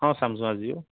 ହଁ ସାମସାଙ୍ଗ ଆସିଯିବ